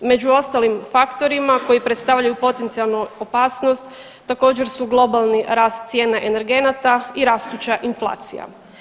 Među ostalim faktorima koji predstavljaju potencijalnu opasnost također su globalni rast cijena energenata i rastuća inflacija.